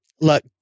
look